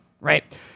right